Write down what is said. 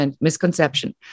misconception